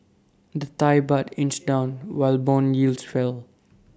the Thai Baht inched down while Bond yields fell